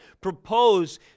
propose